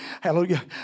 Hallelujah